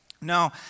No